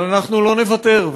אבל אנחנו לא נוותר,